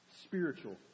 spiritual